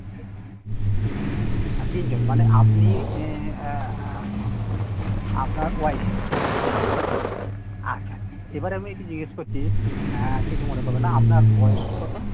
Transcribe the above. তিনজন মানে আপনি এ আপনার ওয়াইফ হ্যাঁ আচ্ছা আচ্ছা আচ্ছা এবার আমি একটু জিজ্ঞেস করছি কিছু মনে করবেন না আপনার বয়স কতো